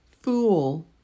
fool